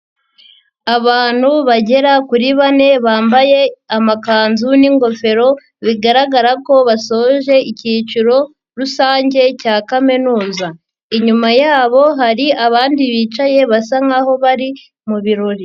Abantu bagera kuri bane bambaye amakanzu n'ingofero bigaragara ko basoje icyiciro rusange cya kaminuza, inyuma yabo hari abandi bicaye basa nkaho bari mubi birori.